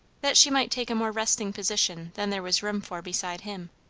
that she might take a more resting position than there was room for beside him.